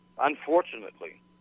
unfortunately